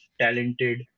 talented